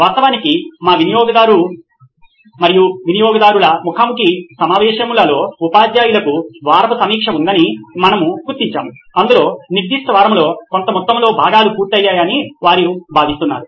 వాస్తవానికి మా వినియోగదారు మరియు వాటాదారుల ముఖా ముఖి సమావేశంలలో ఉపాధ్యాయులకు వారపు సమీక్ష ఉందని మనము గుర్తించాము అందులో నిర్దిష్ట వారంలో కొంత మొత్తంలో భాగాలు పూర్తయ్యాయని వారు భావిస్తున్నారు